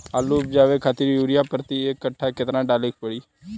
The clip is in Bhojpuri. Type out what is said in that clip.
आलू उपजावे खातिर यूरिया प्रति एक कट्ठा केतना डाले के पड़ी?